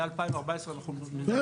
מ-2014 אנחנו --- כן,